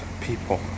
people